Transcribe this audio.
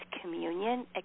communion